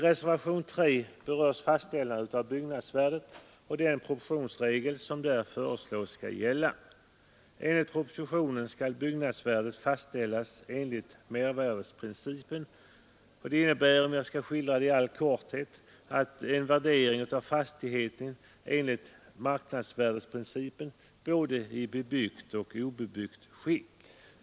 Reservationen 3 behandlar fastställandet av byggnadsvärdet och den proportionsregel som där föreslås gälla. Enligt propositionen skall byggnadsvärdet fastställas efter mervärdeprincipen. Detta innebär, om jag skall skildra det i all korthet, en värdering av fastigheten enligt marknadsvärdeprincipen i både bebyggt och obebyggt skick.